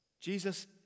Jesus